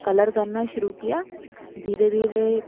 colour करना शुरू किया धीरे धीरे